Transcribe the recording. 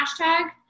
hashtag